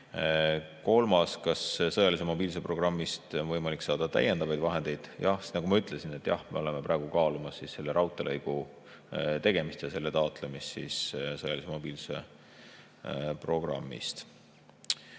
Kolmas: kas sõjalise mobiilsuse programmist on võimalik saada täiendavaid vahendeid? Jah, nagu ma ütlesin, me praegu kaalume selle raudteelõigu tegemist ja selle taotlemist sõjalise mobiilsuse programmist.